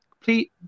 please